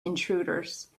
intruders